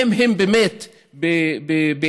אם הם באמת באינטל,